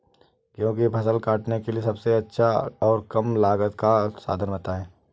गेहूँ की फसल काटने के लिए सबसे अच्छा और कम लागत का साधन बताएं?